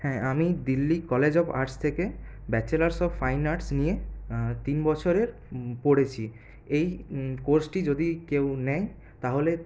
হ্যাঁ আমি Delhi college of arts থেকে ব্যাচেলারস অফ ফাইন আর্টস নিয়ে তিন বছরের পড়েছি এই কোর্সটি যদি কেউ নেয় তাহলে